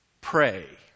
pray